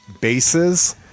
bases